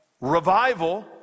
revival